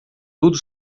tudo